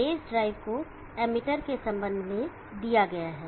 base drive को emitter के संबंध में दिया गया है